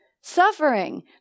suffering